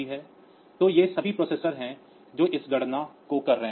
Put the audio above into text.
तो वे सभी प्रोसेसर हैं जो इस गणना को कर रहे हैं